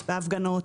בהפגנות,